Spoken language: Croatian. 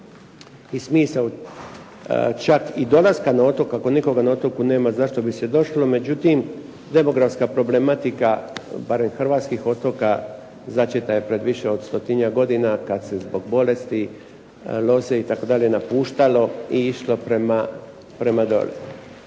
i smisao čak i dolaska na otoka, ako nikoga na otoku nema zašto bi se došlo. Međutim, demografska problematika barem hrvatskih otoka začeta je prije više od stotinjak godina kad se zbog bolesti loze itd. napuštalo i išlo prema dolje.